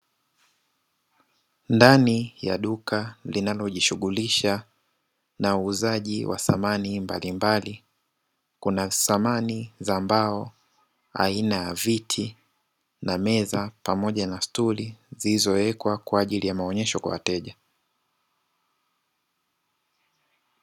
Ndani ya duka linalojishughulisha na uuzaji wa samani mbalimbali, kuna samani za mbao aina ya viti na meza, pamoja na stuli, zilizowekwa kwa ajili ya maonyesho kwa wateja.